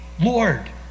Lord